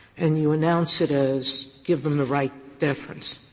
and you announce it as give them the right deference.